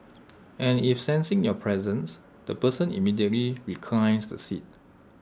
as if sensing your presence the person immediately reclines the seat